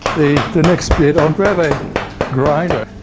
the next bit i'll grab a grinder.